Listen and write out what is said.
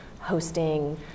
hosting